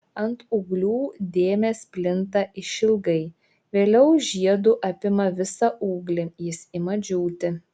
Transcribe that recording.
ant ūglių dėmės plinta išilgai vėliau žiedu apima visą ūglį jis ima džiūti